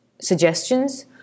suggestions